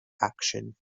action